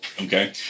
Okay